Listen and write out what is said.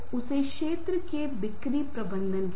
इसलिए दूसरों के साथ बातचीत करते समय यह बहुत महत्वपूर्ण हैं